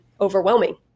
overwhelming